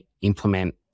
implement